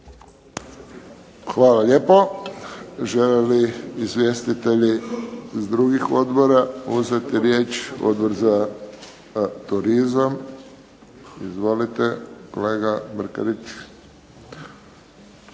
Hvala lijepo. Žele li izvjestitelji iz drugih odbora uzeti riječ? Odbor za turizam, izvolite kolega Brkarić.